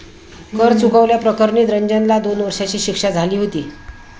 कर चुकवल्या प्रकरणी रंजनला दोन वर्षांची शिक्षा झाली होती